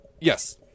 yes